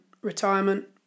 retirement